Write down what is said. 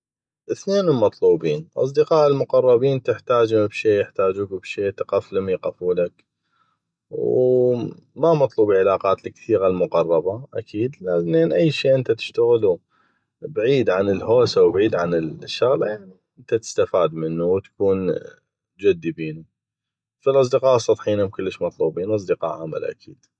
ثنينم مطلوبين اصدقاء المقربين تحتاجم بشي يحتاجوك بشي تقفلم يقفولك و ما مطلوبي علاقات الكثيغه المقربة اكيد لان أي شي انته تشتغلو بعيد عن الهوسه وبعيد عن الشغله يعني انته تستفاد منو وتكون جدي بينو فالاصدقاء السطحيين هم كلش مطلوبين اصدقاء عمل اكيد